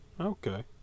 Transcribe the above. Okay